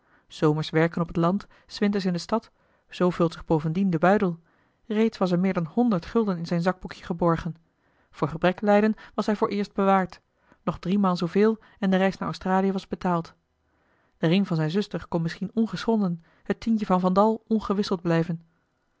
s zomers werken op het land s winters in de stad zoo vult zich bovendien de buidel reeds was er meer dan honderd gulden in zijn zakboekje geborgen voor gebrek lijden was hij vooreerst bewaard nog driemaal zooveel en de reis naar australië was betaald de ring van zijne zuster kon misschien ongeschonden het tientje van van dal ongewisseld blijven